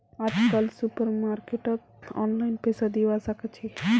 आजकल सुपरमार्केटत ऑनलाइन पैसा दिबा साकाछि